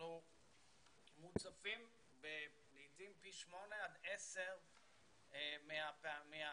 אנחנו מוצפים לעתים פי 8 עד 10 פעמים מהממוצע,